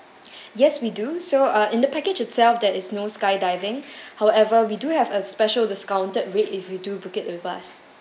yes we do so uh in the package itself there is no skydiving however we do have a special discounted rate if you do book it with us